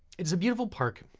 it's a beautiful park,